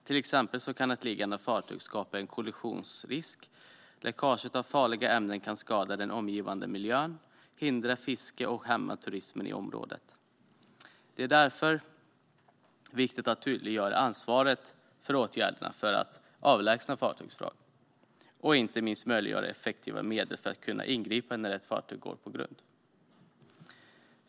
Till exempel kan ett liggande fartyg utgöra kollisionsrisk, och läckaget av farliga ämnen kan skada den omgivande miljön, hindra fiske och hämma turismen i området. Det är därför viktigt att tydliggöra ansvaret för åtgärderna för att avlägsna fartygsvrak och inte minst möjliggöra effektiva medel för att kunna ingripa när ett fartyg går på grund.